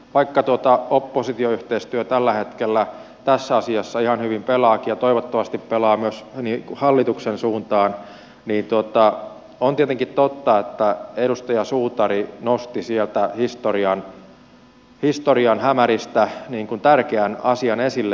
vaikka oppositioyhteistyö tällä hetkellä tässä asiassa ihan hyvin pelaakin ja toivottavasti pelaa myös hallituksen suuntaan niin on tietenkin totta että edustaja suutari nosti sieltä historian hämäristä tärkeän asian esille